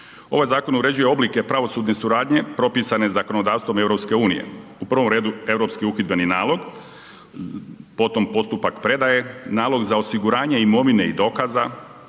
Ovaj zakon uređuje oblike pravosudne suradnje propisane zakonodavstvom EU. U prvom redu, Europski uhidbeni nalog, potom postupak predaje, nalog za osiguranje imovine i dokaza,